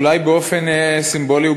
אולי באופן סימבולי,